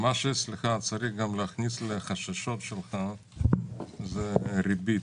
מה שצריך להיכנס גם לחששות שלך זו הריבית.